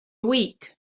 week